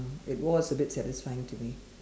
mm it was a bit satisfying to me